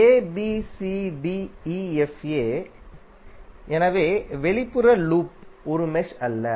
Abcdefa எனவே வெளிப்புற loop ஒரு மெஷ் அல்ல